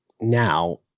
now